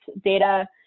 data